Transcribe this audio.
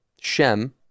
shem